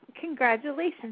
Congratulations